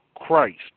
Christ